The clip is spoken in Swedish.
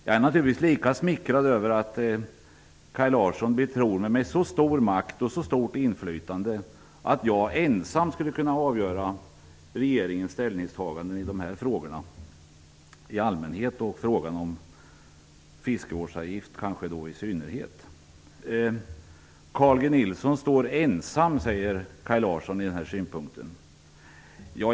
Jag är naturligtvis lika smickrad över att Kaj Larsson betror mig med så stor makt och så stort inflytande att jag ensam skulle kunna avgöra regeringens ställningstaganden i dessa frågor i allmänhet och kanske frågan om fiskevårdsavgift i synnerhet. Carl G Nilsson står ensam med denna synpunkt, säger Kaj Larsson.